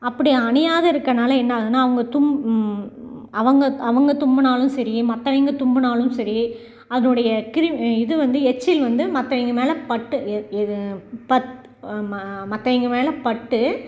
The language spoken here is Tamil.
அப்படி அணியாத இருக்கிறதுனால என்னாகுதுன்னால் அவங்க தும் அவங்க அவங்க தும்பினாலும் சரி மற்றவேயிங்க தும்பினாலும் சரி அதனுடைய கிருமி இது வந்து எச்சில் வந்து மற்றவேயிங்க மேலே பட்டு எது மற்றவேயிங்க மேலே பட்டு